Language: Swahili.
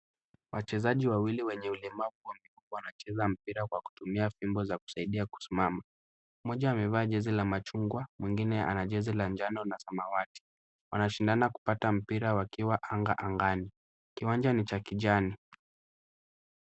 Wachezaji wawili wenye ulemavu wa miguu wanacheza mpira kwa kutumia fimbo za kusaidia kusimama. Moja amevaa jezi la machungwa mwengine ana jezi la njano na samawati. Wanashindana kupata mpira wakiwa anga angani. Kiwanja ni cha kijani.